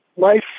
Life